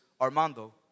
Armando